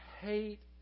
hate